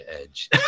edge